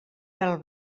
vel